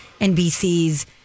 nbc's